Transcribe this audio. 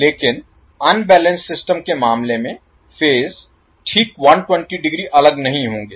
लेकिन unbalanced system के मामले में फेज ठीक 120 डिग्री अलग नहीं होंगे